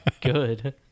good